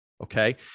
Okay